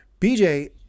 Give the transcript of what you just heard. BJ